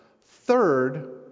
third